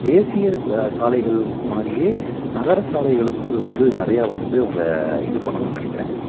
தேசிய சாலைகள் மாதிரியே நகர சாலைகளுக்கும் அது வந்து நிறைய வந்து அவங்க இது பண்ணணுன்னு நினைக்கிறேன்